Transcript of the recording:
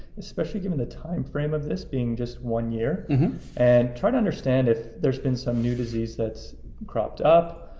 especially given the timeframe of this being just one year and try to understand if there's been some new disease that's cropped up,